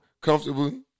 comfortably